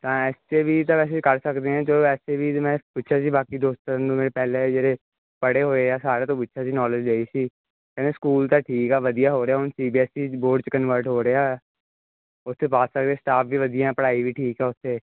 ਤਾਂ S D ਵੀ ਤਾਂ ਵੈਸੇ ਕਰ ਸਕਦੇ ਹਾਂ ਜੋ ਐਸ ਡੀ ਮੈਂ ਪੁੱਛਿਆ ਸੀ ਬਾਕੀ ਦੋਸਤਾਂ ਨੂੰ ਮੈਂ ਪਹਿਲੇ ਜਿਹੜੇ ਪੜ੍ਹੇ ਹੋਏ ਆ ਸਾਰਿਆਂ ਤੋਂ ਪੁੱਛਿਆ ਸੀ ਨੌਲੇਜ ਲਈ ਸੀ ਕਹਿੰਦੇ ਸਕੂਲ ਤਾਂ ਠੀਕ ਆ ਵਧੀਆ ਹੋ ਰਿਹਾ ਹੁਣ C B S E board 'ਚ ਕਨਵਰਟ ਹੋ ਰਿਹਾ ਉੱਥੇ ਪਾ ਸਕਦੇ ਸਟਾਫ ਦੀ ਵਧੀਆ ਪੜ੍ਹਾਈ ਵੀ ਠੀਕ ਆ ਉੱਥੇ